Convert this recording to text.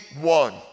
one